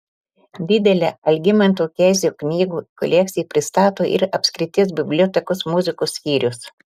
didelę algimanto kezio knygų kolekciją pristato ir apskrities bibliotekos muzikos skyrius